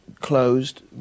closed